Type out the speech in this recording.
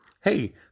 Hey